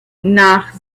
nach